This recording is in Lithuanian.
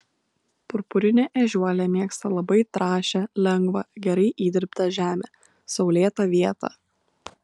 purpurinė ežiuolė mėgsta labai trąšią lengvą gerai įdirbtą žemę saulėtą vietą